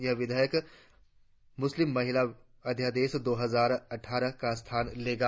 यह विधेयक मुस्लिम महिला अध्यादेश दो हजार अट्ठारह का स्थान लेगा